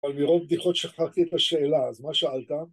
אבל מרוב בדיחות שכחתי את השאלה אז מה שאלת?